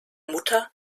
mutter